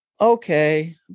Okay